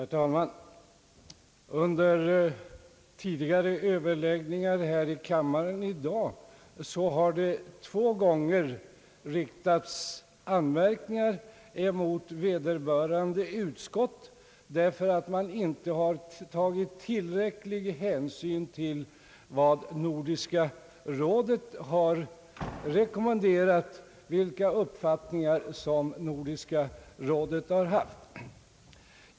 Herr talman! Under tidigare överläggningar här i kammaren i dag har det två gånger riktats anmärkningar mot vederbörande utskott för att man inte tagit tillräcklig hänsyn till vad Nordiska rådet har rekommenderat och till de uppfattningar Nordiska rådet har haft.